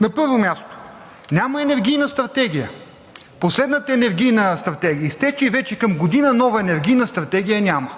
На първо място, няма Енергийна стратегия. Последната енергийна стратегия изтече и вече към година нова енергийна стратегия няма.